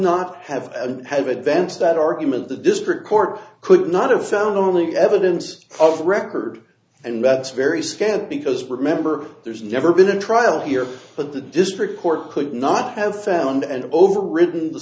not have have advanced that argument the district court could not have found only evidence of record and methods very scant because remember there's never been a trial here but the district court could not have found and overridden the